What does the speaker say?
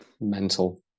Mental